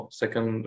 second